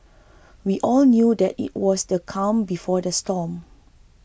we all knew that it was the calm before the storm